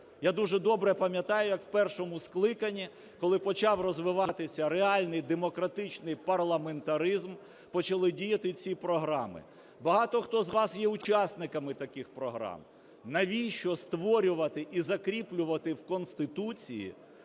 Я дуже добре пам'ятаю, як в першому скликанні, коли почав розвиватися реальний демократичний парламентаризм, почали діяти ці програми, багато хто з вас є учасниками таких програм. Навіщо створювати і закріплювати в Конституції